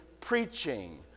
preaching